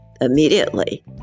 Immediately